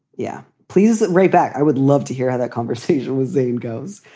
yeah, please write back. i would love to hear how that conversation with zane goes.